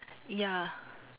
ya